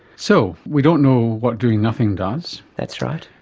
so we don't know what doing nothing does. that's right.